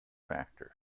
factors